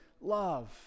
love